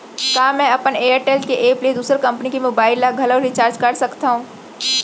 का मैं अपन एयरटेल के एप ले दूसर कंपनी के मोबाइल ला घलव रिचार्ज कर सकत हव?